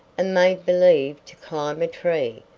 and made believe to climb a tree,